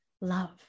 love